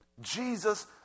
Jesus